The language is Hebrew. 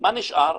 מה נשאר?